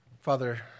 Father